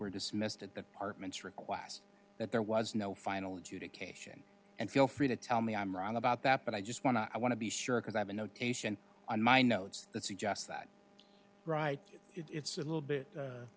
were dismissed at the apartments request that there was no final adjudication and feel free to tell me i'm wrong about that but i just want to i want to be sure because i have a notation on my notes that suggests that right it's a little bit